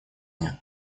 мне